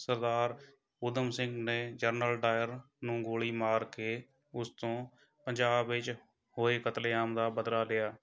ਸਰਦਾਰ ਊਧਮ ਸਿੰਘ ਨੇ General Dyer ਨੂੰ ਗੋਲੀ ਮਾਰ ਕੇ ਉਸ ਤੋਂ ਪੰਜਾਬ ਵਿੱਚ ਹੋਏ ਕਤਲੇਆਮ ਦਾ ਬਦਲਾ ਲਿਆ